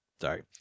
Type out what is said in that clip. sorry